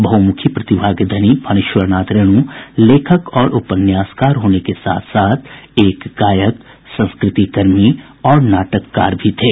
बहमूखी प्रतिभा के धनी फणीश्वरनाथ रेणू लेखक और उपन्यासकार के साथ साथ एक गायक संस्कृतिकर्मी और नाटककार भी थे